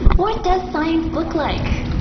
what does science look like?